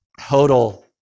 total